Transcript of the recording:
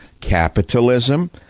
capitalism